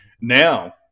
now